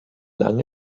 lang